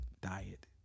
diet